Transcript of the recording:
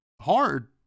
hard